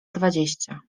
dwadzieścia